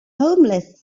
homeless